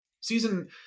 season